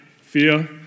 fear